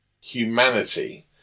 humanity